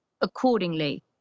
accordingly